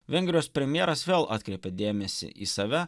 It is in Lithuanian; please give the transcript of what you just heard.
vengrijos premjeras vėl atkreipė dėmesį į save